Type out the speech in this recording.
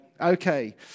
Okay